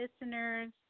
listeners